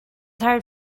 hard